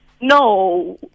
no